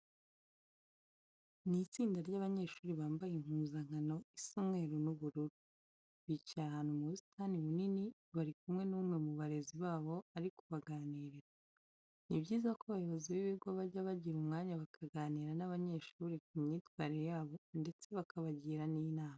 Ni itsinda ry'abanyeshuri bambaye impuzankano isa umweru n'ubururu. Bicaye ahantu mu busitani bunini, bari kumwe n'umwe mu barezi babo ari kubaganiriza. Ni byiza ko abayobozi b'ibigo bajya bagira umwanya bakaganira n'abanyeshuri ku myitwarire yabo ndetse bakabagira n'inama.